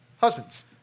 Husbands